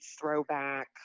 throwback